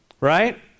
right